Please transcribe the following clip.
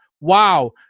Wow